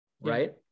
right